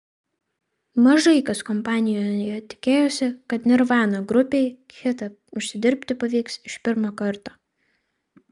mažai kas kompanijoje tikėjosi kad nirvana grupei hitą užsidirbti pavyks iš pirmo karto